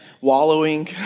wallowing